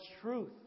truth